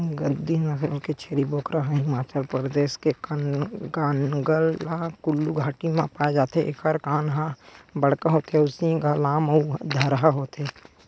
गद्दी नसल के छेरी बोकरा ह हिमाचल परदेस के कांगडा कुल्लू घाटी म पाए जाथे एखर कान ह बड़का होथे अउ सींग ह लाम अउ धरहा होथे